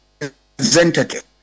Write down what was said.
representative